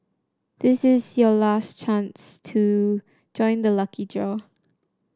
this is your last chance to join the lucky draw